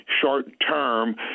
short-term